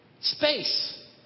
Space